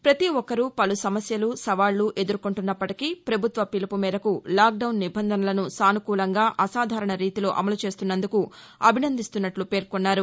ప్రతి ఒక్కరూ పలు సమస్యలు సవాళ్లు ఎదుర్కొంటున్నప్పటికీ ప్రభుత్వ పిలుపు మేరకు లాక్డౌన్ నిబంధనలను సాసుకూలంగా అసాధారణ రీతిలో అమలు చేస్తున్నందుకు అభినందిస్తున్నట్లు పేర్కొన్నారు